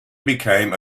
became